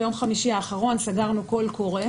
ביום חמישי האחרון סגרנו קול קורא